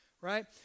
right